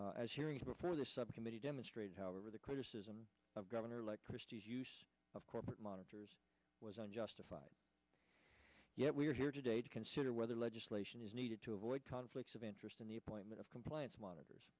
christie as hearings before the subcommittee demonstrates however the criticism of governor elect christie's use of corporate monitors was unjustified yet we are here today to consider whether legislation is needed to avoid conflicts of interest in the appointment of compliance monitors